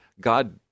God